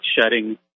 shedding